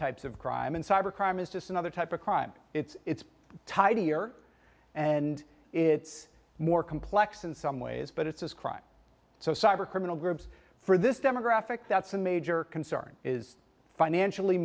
types of crime and cyber crime is just another type of crime it's it's tied here and it's more complex in some ways but it's this crime so cyber criminal groups for this demographic that's a major concern is financially